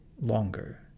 longer